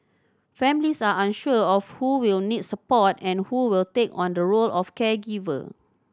families are unsure of who will need support and who will take on the role of caregiver